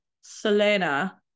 Selena